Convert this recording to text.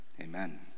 amen